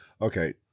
okay